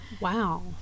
Wow